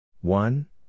One